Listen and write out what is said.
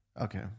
Okay